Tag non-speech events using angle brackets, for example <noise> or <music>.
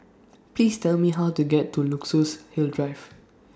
<noise> Please Tell Me How to get to Luxus Hill Drive <noise>